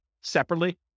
separately